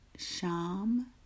sham